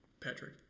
Patrick